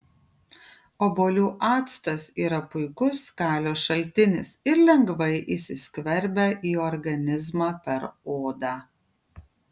obuolių actas yra puikus kalio šaltinis ir lengvai įsiskverbia į organizmą per odą